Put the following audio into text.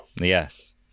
Yes